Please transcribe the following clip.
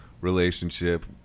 relationship